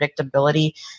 predictability